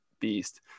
beast